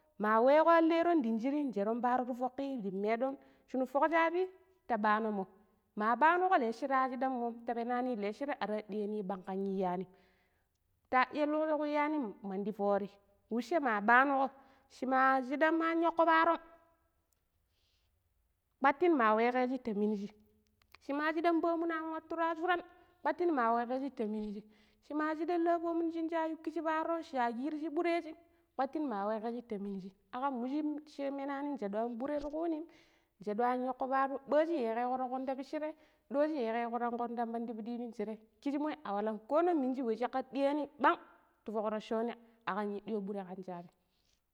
﻿Ma wego an lairo dan shirri sherron paro ti fukki di medo shunu fuk shabi ta bano mo ma banigo laishire a shidam mo ta penani lashira are ɗiani ɓang ka iyani ta iyu li ku iyani mandi foori wuche ma ɓanugo she ma shiɗam an yooko parom ƙwatin ma wagee shee ta miniji she ma shiɗan pomun an watura shuran ƙwatin ma wegeji ta minji shima shidam lapomun shen cha yukushi parom cha kirigi ɓura jim ƙwatin ma wagee shi ta minji akkamu shir menamim shaɗu am ɓura ti ku nim shaɗu an yooko paro ɓajji yige go tebon ta pichire ɗojji yi ge go rongom tan mandi pidi mingire kichemo a wallam koonon minji wa shakar ɗiani ɓang ti fukrocco ni akkam yiɗio ɓura ka shabim.